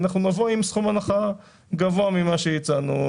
אנחנו נבוא עם סכום הנחה גבוה ממה שהצענו.